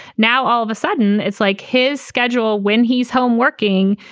now all of a sudden, it's like his schedule when he's home working,